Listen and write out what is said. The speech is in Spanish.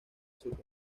azúcar